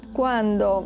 quando